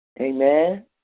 Amen